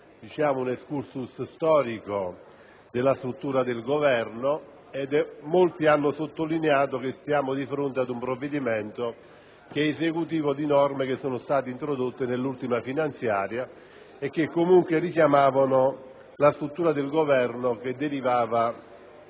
un *excursus* storico della struttura del Governo. Molti hanno sottolineato che siamo di fronte ad un provvedimento che è esecutivo di norme introdotte nell'ultima finanziaria e che comunque richiamavano la struttura del Governo che derivava